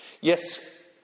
Yes